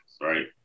right